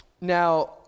Now